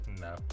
No